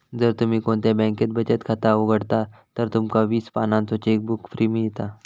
जर तुम्ही कोणत्या बॅन्केत बचत खाता उघडतास तर तुमका वीस पानांचो चेकबुक फ्री मिळता